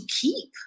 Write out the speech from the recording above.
keep